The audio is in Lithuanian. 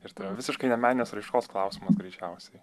ir tai jau visiškai ne meninės raiškos klausimas greičiausiai